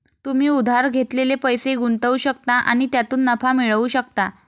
तुम्ही उधार घेतलेले पैसे गुंतवू शकता आणि त्यातून नफा मिळवू शकता